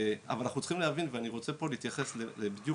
אבל אנחנו רוצים להבין ואני רוצה להתייחס לדברים